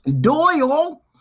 Doyle